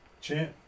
Champ